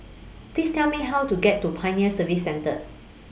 Please Tell Me How to get to Pioneer Service Centre